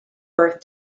birth